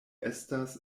estas